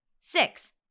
Six